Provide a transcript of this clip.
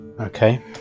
Okay